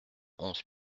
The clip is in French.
onze